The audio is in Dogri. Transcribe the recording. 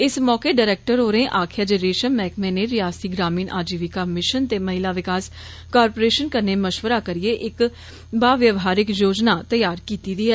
इस मौके डायरेक्टर होरें आक्खेआ जे रेषम मैहकमे नै रिआसती ग्रामीण आजीविका मिषन ते महिला विकास कारपोरेषन कन्नै मषवरा करियै इक बवहारिक योजना तैयार कीती ऐ